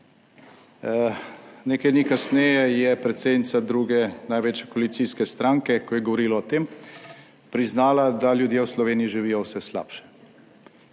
Nekaj dni kasneje je predsednica druge največje koalicijske stranke, ko je govorila o tem, priznala, da ljudje v Sloveniji živijo vse slabše.